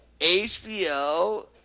HBO